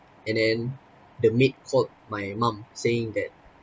and then the maid called my mum saying that